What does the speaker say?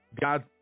God